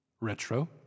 Retro